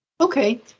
Okay